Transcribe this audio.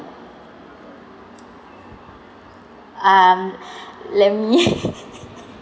um let me